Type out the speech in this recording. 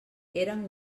eren